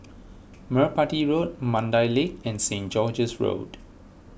Merpati Road Mandai Lake and St George's Road